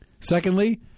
Secondly